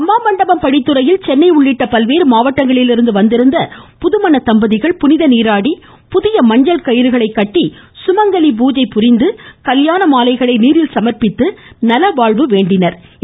அம்மா மண்டபம் படித்துறையில் சென்னை உள்ளிட்ட பல்வேறு மாவட்டங்களிலிருந்து வந்திருந்த புதுமணத்தம்பதிகள் புனித நீராடி புதிய மஞ்சள் கயிறுகளை கட்டி சுமங்கலி பூஜை புரிந்து கல்யாண மாலைளை நீரில் சமா்ப்பித்து நலவாழ்வு வேண்டினா்